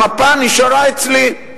המפה נשארה אצלי.